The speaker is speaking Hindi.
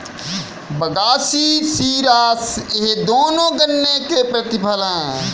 बगासी शीरा ये दोनों गन्ने के प्रतिफल हैं